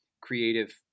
creative